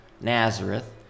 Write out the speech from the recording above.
Nazareth